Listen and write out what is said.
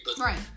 right